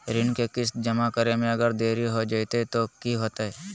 ऋण के किस्त जमा करे में अगर देरी हो जैतै तो कि होतैय?